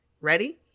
ready